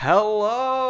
Hello